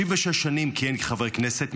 36 שנים כיהן כחבר כנסת,